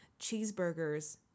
Cheeseburgers